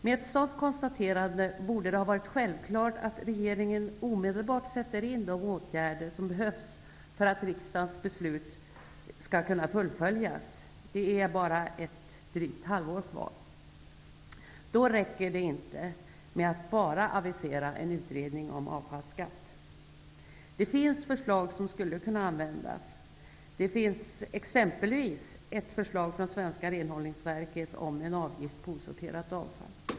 Med ett sådant konstaterande borde det vara självklart att regeringen omedelbart sätter in åtgärder för att riksdagens beslut skall kunna fullföljas. Det är bara ett drygt halvår kvar. Då räcker det inte med att bara avisera en utredning om avfallsskatt. Det finns förslag som skulle kunna användas, bl.a. ett förslag från Svenska renhållningsverket om en avgift på osorterat avfall.